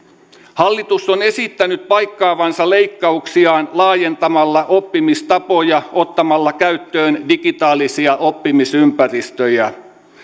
hallitus on esittänyt paikkaavansa leikkauksiaan laajentamalla oppimistapoja siten että se ottaa käyttöön digitaalisia oppimisympäristöjä